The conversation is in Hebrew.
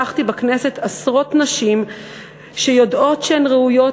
שהיום אירחתי בכנסת עשרות נשים שיודעות שהן ראויות,